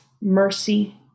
mercy